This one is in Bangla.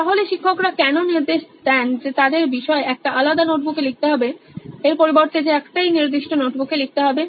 তাহলে শিক্ষকরা কেন নির্দেশ দেন যে তাদের বিষয় একটা আলাদা নোটবুকে লিখতে হবে এর পরিবর্তে যে একটাই নির্দিষ্ট নোটবুকে লিখতে হবে